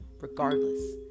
regardless